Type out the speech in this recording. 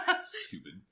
Stupid